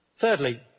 Thirdly